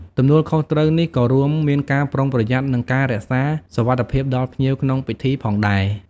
ទំនួលខុសត្រូវនេះក៏រួមមានការប្រុងប្រយ័ត្ន និងការរក្សាសុវត្ថិភាពដល់ភ្ញៀវក្នុងពិធីផងដែរ។